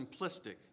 simplistic